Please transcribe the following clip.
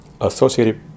Associated